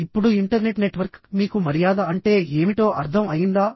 ఇప్పుడు internet network మీకు మర్యాద అంటే ఏమిటో అర్థం అయిందా